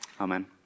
Amen